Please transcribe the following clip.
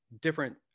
different